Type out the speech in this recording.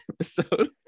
episode